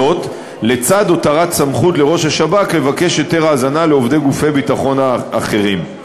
לצד הותרת סמכות לראש השב"כ לבקש היתר האזנה לעובדי גופי ביטחון אחרים.